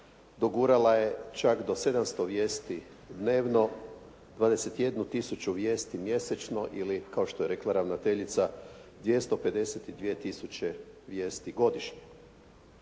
dogurala je čak do 700 vijesti dnevno, 21 tisuću vijesti mjesečno ili kao što je rekla ravnateljica 252 tisuće vijesti godišnje.